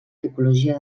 tipologia